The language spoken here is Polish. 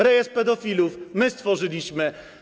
Rejestr pedofilów my stworzyliśmy.